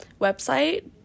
website